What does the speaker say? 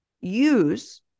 use